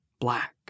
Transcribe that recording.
Black